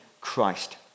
Christ